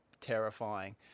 terrifying